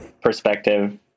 perspective